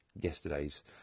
yesterday's